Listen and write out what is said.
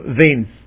veins